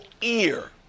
ear